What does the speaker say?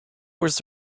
was